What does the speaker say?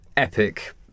epic